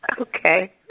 Okay